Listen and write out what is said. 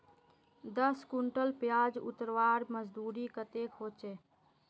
दस कुंटल प्याज उतरवार मजदूरी कतेक होचए?